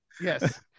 Yes